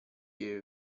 you